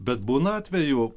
bet būna atvejų